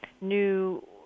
new